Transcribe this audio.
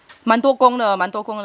蛮多功的蛮多功的